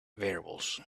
variables